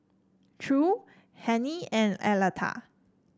Ture Hennie and Aleta